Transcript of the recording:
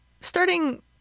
starting